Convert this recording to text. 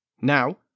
Now